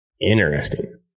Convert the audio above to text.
interesting